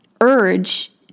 urge